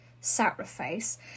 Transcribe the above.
Sacrifice